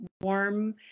warm